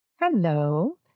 Hello